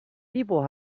people